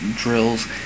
drills